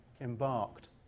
embarked